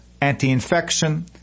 anti-infection